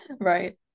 right